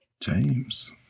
James